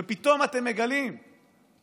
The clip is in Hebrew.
ופתאום, אתם מגלים שכשצריך,